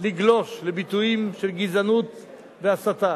לגלוש לביטויים של גזענות והסתה